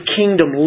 kingdom